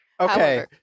Okay